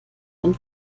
ein